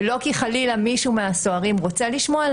ולא כי חלילה מישהו מהסוהרים רוצה לשמוע,